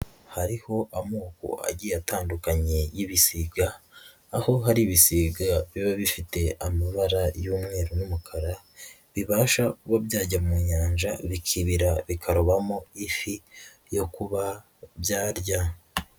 Hariho amoko agiye atandukanye y'ibisiga, aho hari ibisiga biba bifite amabara y'umweru n'umukara, bibasha kuba byajya mu nyanja bikibira bikarobamo ifi yo kuba byarya.